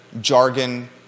jargon